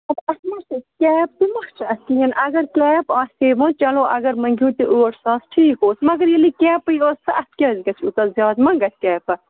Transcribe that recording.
اَدٕ اَتھ ما چھَس کیپ تہِ ما چھِ اَتھ کِہیٖنٛۍ اگر کیپ آسہِ ہے وۄں چلو اَگر مٔنٛگہٕ ہیوٗ ٲٹھ ساس ٹھیٖک اوس مگر ییٚلہِ نہِ کیپٕے ٲس تہٕ اَتھ کیٛازِ گژھِ یوٗتاہ زیادٕ ما گژھِ کیپس